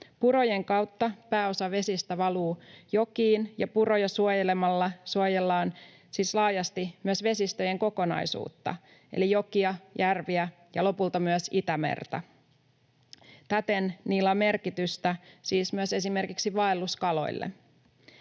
Purojen kautta pääosa vesistä valuu jokiin, ja puroja suojelemalla suojellaan siis laajasti myös vesistöjen kokonaisuutta eli jokia, järviä ja lopulta myös Itämerta. Täten niillä on merkitystä siis myös esimerkiksi vaelluskaloille.